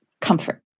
comfort